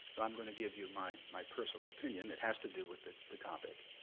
but i'm going to give you my my personal opinion. it has to do with the the topic.